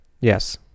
yes